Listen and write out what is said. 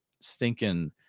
stinking